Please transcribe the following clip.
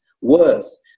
Worse